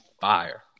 fire